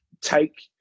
take